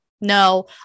no